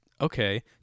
okay